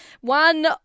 One